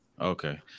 Okay